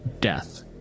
death